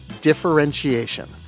differentiation